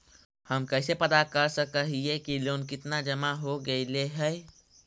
हम कैसे पता कर सक हिय की लोन कितना जमा हो गइले हैं?